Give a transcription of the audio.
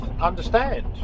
understand